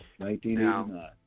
1989